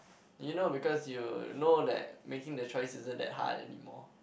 you know because you know that making the choice isn't that hard anymore